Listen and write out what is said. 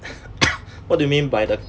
what do you mean by the